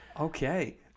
Okay